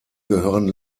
gehören